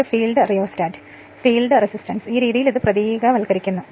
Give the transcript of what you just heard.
ഇതാണ് field rheostat field resistance ഈ രീതിയിൽ ഇത് പ്രതീകവൽക്കരിക്കപ്പെട്ടിരിക്കുന്നു